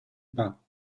pas